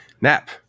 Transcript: Nap